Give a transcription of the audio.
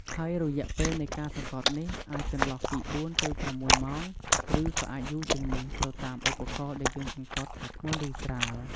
ហើយរយៈពេលនៃការសង្កត់នេះ អាចចន្លោះពី ៤ ទៅ ៦ ម៉ោង ឬក៏អាចយូរជាងនេះ ទៅតាមឧបករណ៍ដែលយើងសង្កត់ថាធ្ងន់ ឬស្រាល។